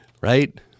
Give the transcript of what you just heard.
Right